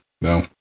no